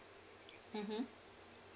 mmhmm